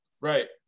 right